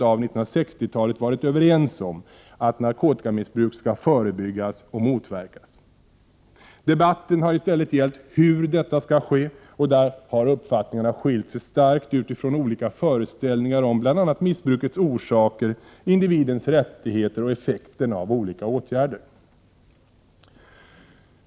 1988/89:105 varit överens om att narkotikamissbruk skall förebyggas och motverkas. 27 april 1989 Debatten har i stället handlat om hur detta skall ske, och där har uppfattningarna skilt sig starkt utifrån olika föreställningar om bl.a. missbrukets orsaker, individens rättigheter och effekten av olika åtgärder.